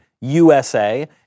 USA